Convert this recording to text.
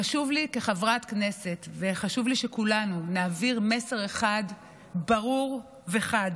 חשוב לי כחברת כנסת וחשוב לי שכולנו נעביר מסר אחד ברור וחד